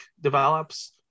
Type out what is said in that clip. develops